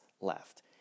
left